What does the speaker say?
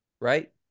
right